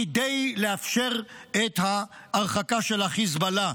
כדי לאפשר את ההרחקה של חיזבאללה.